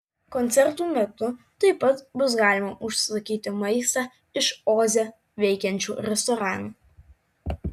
koncertų metu taip pat bus galima užsisakyti maistą iš oze veikiančių restoranų